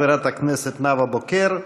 חברת הכנסת נאוה בוקר,